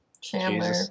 Chandler